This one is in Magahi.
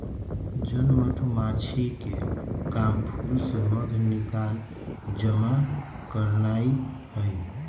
जन मधूमाछिके काम फूल से मध निकाल जमा करनाए हइ